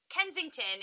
Kensington